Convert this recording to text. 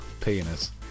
penis